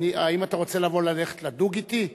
האם אתה רוצה ללכת לדוג אתי?